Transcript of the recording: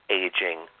aging